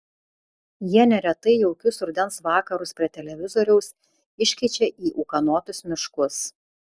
jie neretai jaukius rudens vakarus prie televizoriaus iškeičia į ūkanotus miškus